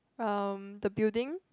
um the building